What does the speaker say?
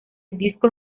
discos